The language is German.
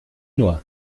nur